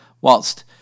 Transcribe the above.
whilst